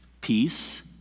Peace